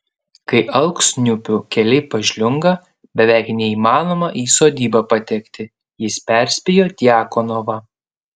kai alksniupių keliai pažliunga beveik neįmanoma į sodybą patekti jis perspėjo djakonovą